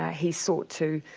ah he sought to